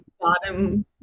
bottom